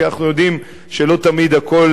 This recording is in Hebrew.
כי אנחנו יודעים שלא תמיד הכול